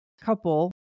couple